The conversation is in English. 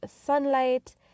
sunlight